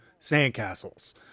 Sandcastles